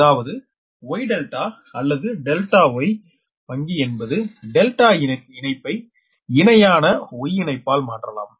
அதாவது Y ∆ or ∆ Y வாங்கி என்பது ∆ இணைப்பை இணையான Y இணைப்பால் மாற்றலாம்